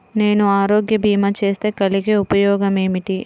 నేను ఆరోగ్య భీమా చేస్తే కలిగే ఉపయోగమేమిటీ?